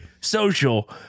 social